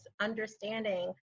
understanding